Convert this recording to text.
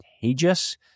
contagious